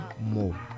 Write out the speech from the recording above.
more